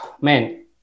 man